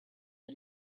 the